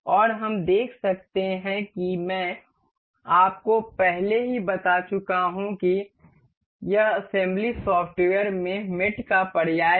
और हम देख सकते हैं कि मैं आपको पहले ही बता चुका हूं कि यह असेंबली सॉफ्टवेयर में मेट का पर्याय है